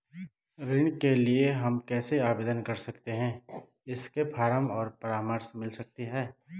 ऋण के लिए हम कैसे आवेदन कर सकते हैं इसके फॉर्म और परामर्श मिल सकती है?